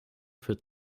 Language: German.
für